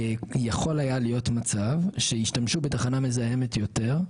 יכול היה להיות מצב שהשתמשו בתחנה מזהמת יותר,